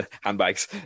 handbags